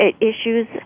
issues